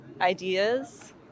ideas